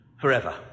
forever